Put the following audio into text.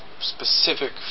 specific